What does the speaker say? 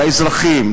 לאזרחים,